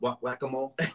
whack-a-mole